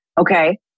Okay